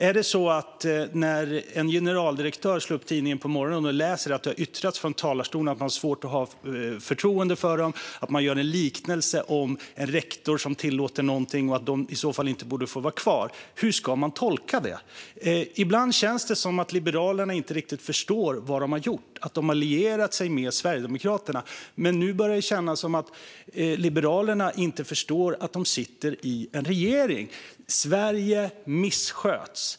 Hur ska en generaldirektör som slår upp tidningen på morgonen och läser att det från talarstolen har yttrats att man har svårt att ha förtroende för generaldirektören och gör en liknelse med en rektor som tillåter någonting och att vederbörande i så fall inte borde få vara kvar tolka detta? Ibland känns det som om Liberalerna inte riktigt förstår vad de har gjort när de har lierat sig med Sverigedemokraterna, men nu börjar det också kännas som om Liberalerna inte förstår att de sitter i en regering. Sverige missköts.